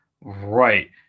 Right